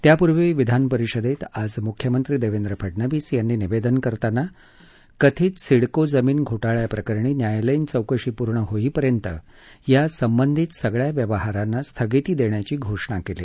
त्यापूर्वी विधानपरिषदेत आज मुख्यमंत्री देवेंद्र फडनवीस यांनी निवेदन करताना कथित सिडको जमीन घोटाळ्याप्रकरणी न्यायालयीन चौकशी पूर्ण होईपर्यंत या संबंधित सगळ्या व्यवहारांना स्थगिती देण्याची घोषणा केली